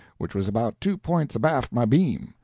which was about two points abaft my beam.